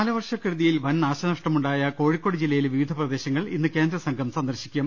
കാലവർഷ കെടുതിയിൽ വൻ നാശനഷ്ടമുണ്ടായ കോഴിക്കോട് ജില്ലയിലെ വിവിധ പ്രദേശങ്ങൾ ഇന്ന് കേന്ദ്ര സംഘം സന്ദർശിക്കും